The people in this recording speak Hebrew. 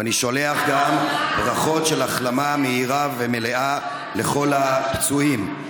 ואני שולח גם ברכות של החלמה מהירה ומלאה לכל הפצועים.